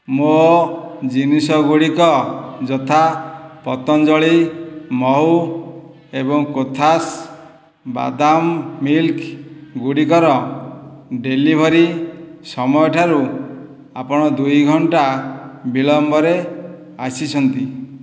ମୋ ଜିନିଷ ଗୁଡ଼ିକ ଯଥା ପତଞ୍ଜଳି ମହୁ ଏବଂ କୋଥାସ୍ ବାଦାମ୍ ମିଲ୍କ୍ ଗୁଡ଼ିକର ଡେଲିଭରି ସମୟଠାରୁ ଆପଣ ଦୁଇ ଘଣ୍ଟା ବିଳମ୍ବରେ ଆସିଛନ୍ତି